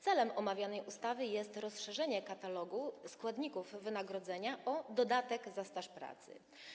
Celem omawianej ustawy jest rozszerzenie katalogu składników wynagrodzenia o dodatek za staż pracy.